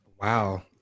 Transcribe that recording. Wow